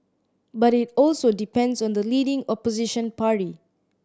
but it also depends on the leading Opposition party